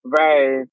Right